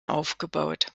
aufgebaut